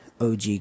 OG